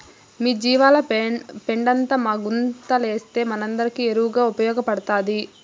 మీ జీవాల పెండంతా మా గుంతలేస్తే మనందరికీ ఎరువుగా ఉపయోగపడతాది